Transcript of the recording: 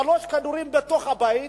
שלושה כדורים בתוך הבית,